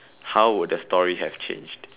how would the story have changed